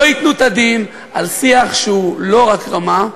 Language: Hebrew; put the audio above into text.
ייתנו את הדין על שיח שהוא לא רק לא ברמה,